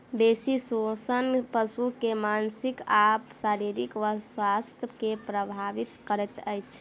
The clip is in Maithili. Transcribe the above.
बेसी शोषण पशु के मानसिक आ शारीरिक स्वास्थ्य के प्रभावित करैत अछि